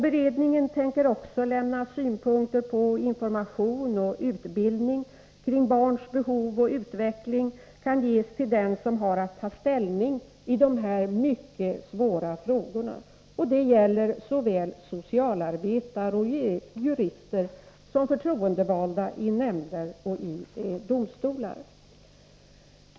Beredningen kommer också att lämna synpunkter på hur information och utbildning kring barns behov och utveckling kan ges till den som har att ta ställning i dessa mycket svåra frågor. Detta gäller såväl socialarbetare och jurister som företroendevalda i nämnder och i domstolar.